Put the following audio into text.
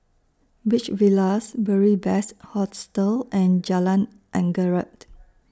Beach Villas Beary Best Hostel and Jalan Anggerek